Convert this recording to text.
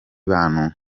bantu